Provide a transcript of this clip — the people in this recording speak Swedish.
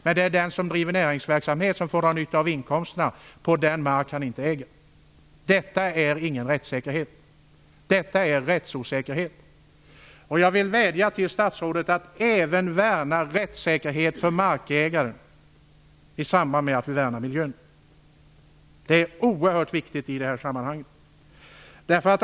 Men det är den som driver näringsverksamhet som drar nytta av inkomsterna på den mark han inte äger. Detta är inte rättssäkerhet. Detta är rättsosäkerhet. Jag vill vädja till statsrådet att även värna rättssäkerhet för markägaren i samband med att vi värnar miljön. Det är oerhört viktigt i detta sammanhang.